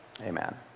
Amen